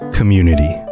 Community